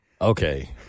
Okay